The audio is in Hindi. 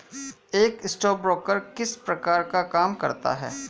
एक स्टॉकब्रोकर किस प्रकार का काम करता है?